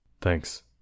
Thanks